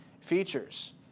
features